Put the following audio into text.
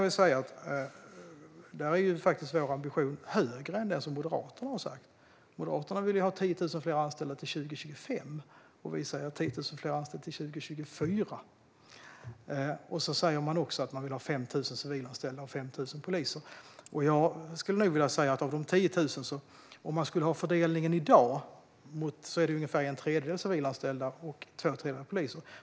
Vår ambition är faktiskt högre än Moderaternas. Moderaterna vill ha 10 000 fler anställda till 2025, och vi säger att vi vill ha 10 000 fler anställda till 2024. Man säger också att man vill ha 5 000 civilanställda och 5 000 poliser. Fördelningen i dag är ungefär en tredjedel civilanställda och två tredjedelar poliser.